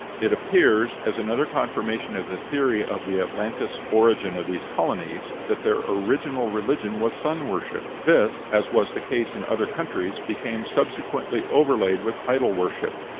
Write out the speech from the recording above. it appears, as another confirmation of the theory of the atlantis origin of these colonies, that their original religion was sun-worship this, as was the case in other countries, became subsequently overlaid with idol-worship.